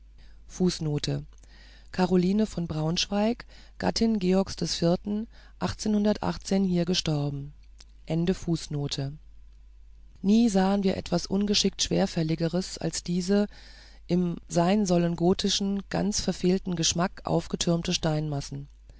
von braunschweig georg hier gestorben nie sahen wir etwas ungeschickt schwerfälligeres als diese im seinsollendgotischen ganz verfehlten geschmack aufgetürmte